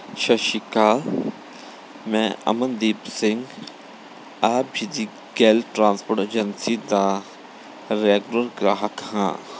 ਸਤਿ ਸ਼੍ਰੀ ਅਕਾਲ ਮੈਂ ਅਮਨਦੀਪ ਸਿੰਘ ਆਪ ਜੀ ਦੀ ਗਿੱਲ ਟਰਾਂਸਪੋਰਟ ਏਜੰਸੀ ਦਾ ਰੈਗੂਲਰ ਗ੍ਰਾਹਕ ਹਾਂ